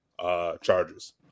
charges